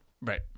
Right